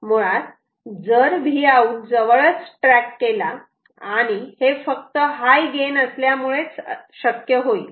मुळात जर Vout जवळच ट्रॅक केला आणि हे फक्त हाय गेन असल्यामुळेच हे शक्य होईल